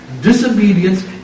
disobedience